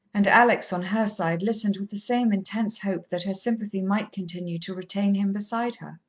and alex, on her side, listened with the same intense hope that her sympathy might continue to retain him beside her.